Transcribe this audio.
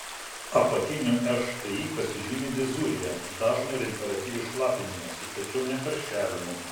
apatinių šti pasižymi dizurija dažnu ir imperatyviu šlapinimusi tačiau ne karščiavimu